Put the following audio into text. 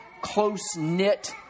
close-knit